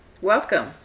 Welcome